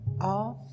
off